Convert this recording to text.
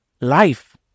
life